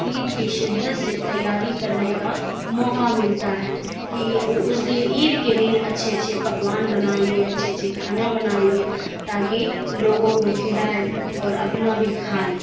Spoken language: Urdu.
عید کی شدت سے تیاری کرنے کا موقع ملتا ہے کہ اس دن عید کے دن اچھے اچھے پکوان بنائیں گے اچھے اچھے کھانا بنائیں گے تاکہ لوگوں کو کھلائیں اور اپنا بھی کھائیں